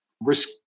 risk